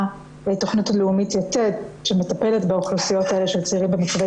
תוכנית לאומית 'יתד' שמטפלת באוכלוסיות האלה של צעירים במצבי